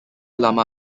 lama